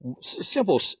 simple